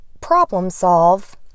problem-solve